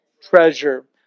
treasure